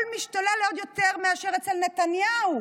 הכול משתולל עוד יותר מאשר אצל נתניהו.